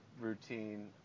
routine